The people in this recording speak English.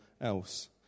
else